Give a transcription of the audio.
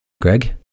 Greg